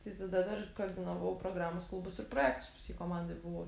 tai tada dar koordinavau programos klubus ir projektus pas jį komandoj buvau